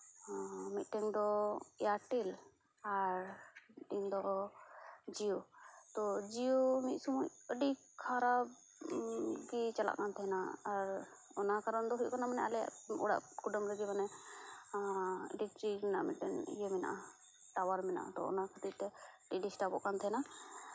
ᱢᱤᱫᱴᱮᱱ ᱫᱚ ᱮᱭᱟᱨᱴᱮᱞ ᱟᱨ ᱢᱤᱫᱴᱮᱱ ᱫᱚ ᱡᱤᱭᱳ ᱡᱤᱭᱳ ᱢᱤᱫ ᱥᱚᱢᱚᱭ ᱟᱹᱰᱤ ᱠᱷᱟᱨᱟᱯ ᱜᱮ ᱪᱟᱞᱟᱜ ᱠᱟᱱ ᱛᱟᱦᱮᱱᱟ ᱚᱱᱟ ᱠᱟᱨᱚᱱ ᱫᱚ ᱦᱩᱭᱩᱜ ᱠᱟᱱᱟ ᱢᱟᱱᱮ ᱟᱞᱮᱭᱟᱜ ᱠᱩᱰᱟᱹᱢ ᱨᱮᱜᱮ ᱢᱟᱱᱮ ᱰᱤᱠᱪᱤ ᱨᱮᱱᱟᱜ ᱢᱤᱫᱴᱮᱱ ᱤᱭᱟᱹ ᱢᱮᱟᱜᱼᱟ ᱴᱟᱣᱟᱨ ᱢᱮᱱᱟᱜᱼᱟ ᱛᱚ ᱚᱱᱟ ᱠᱷᱟ ᱛᱤᱨ ᱛᱮ ᱰᱤᱥᱴᱵᱚᱜ ᱠᱟᱱ ᱛᱟᱦᱮᱱᱟ